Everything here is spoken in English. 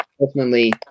ultimately